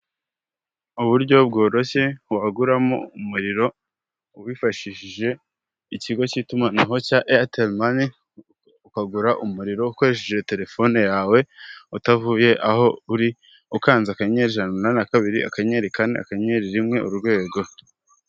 Uburyo bworoshye wahaguramo umuriro ubifashishije ikigo cy'itumanaho cya airtel money ukagura umuriro ukoresheje telefone yawe utavuye aho uri ukanze akanyenyeri ijana na kabiri akanyeri kane akanyenyeri rimwe urwego.